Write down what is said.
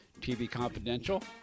tvconfidential